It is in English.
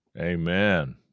Amen